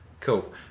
Cool